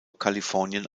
kalifornien